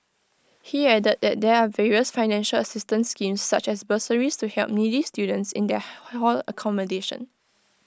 he added that there are various financial assistance schemes such as bursaries to help needy students in their hall accommodation